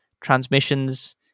transmissions